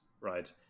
right